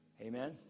Amen